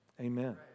Amen